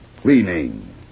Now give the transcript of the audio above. cleaning